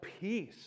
peace